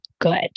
good